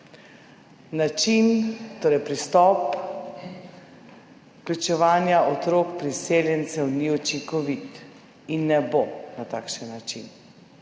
način, torej pristop vključevanja otrok priseljencev ni učinkovit in ne bo na takšen način.